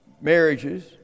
marriages